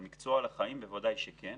אבל מקצוע לחיים בוודאי שכן.